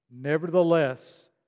Nevertheless